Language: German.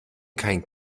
kein